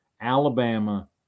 Alabama